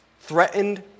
threatened